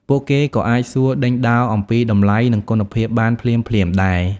ពួកគេក៏អាចសួរដេញដោលអំពីតម្លៃនិងគុណភាពបានភ្លាមៗដែរ។